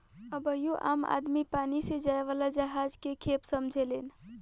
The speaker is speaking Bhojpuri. अबहियो आम आदमी पानी से जाए वाला जहाज के खेप समझेलेन